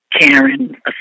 Karen